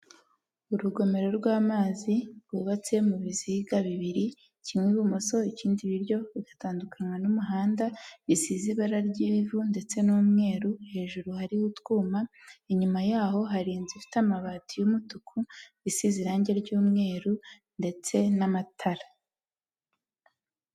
Urugomero rw'amazi rwubatse mu biziga bibiri, kimwe ibumoso ikindi iburyo bigatandukanywa n'umuhanda bisize ibara ry'ivu ndetse n'umweru, hejuru hariho utwuma, inyuma yaho hari inzu ifite amabati y'umutuku isize irangi ry'umweru ndetse n'amatara.